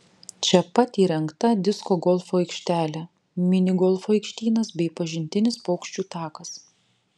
čia pat įrengta disko golfo aikštelė mini golfo aikštynas bei pažintinis paukščių takas